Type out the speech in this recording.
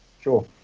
Sure